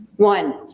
One